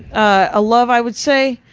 a love i would say.